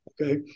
okay